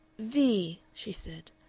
vee, she said,